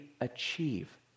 achieve